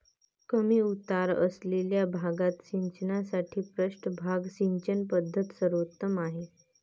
कमी उतार असलेल्या भागात सिंचनासाठी पृष्ठभाग सिंचन पद्धत सर्वोत्तम आहे